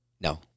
No